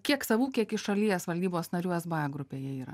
kiek savų kiek iš šalies valdybos narių sba grupėje yra